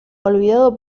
olvidado